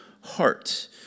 heart